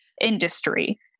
industry